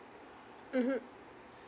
mmhmm